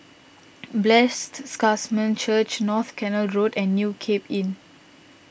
Blessed Sacrament Church North Canal Road and New Cape Inn